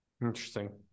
Interesting